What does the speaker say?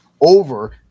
over